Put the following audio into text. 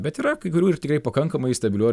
bet yra kai kurių ir tikrai pakankamai stabilių